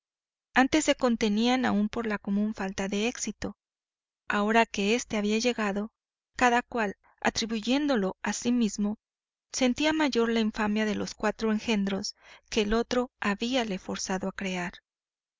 antes se contenían aún por la común falta de éxito ahora que éste había llegado cada cual atribuyéndolo a sí mismo sentía mayor la infamia de los cuatro engendros que el otro habíale forzado a crear